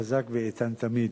חזק ואיתן תמיד.